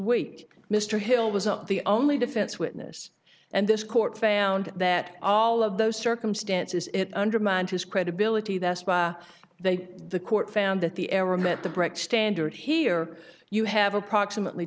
weak mr hill was not the only defense witness and this court found that all of those circumstances it undermined his credibility that they the court found that the error meant the breck standard here you have approximately